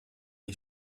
les